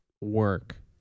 work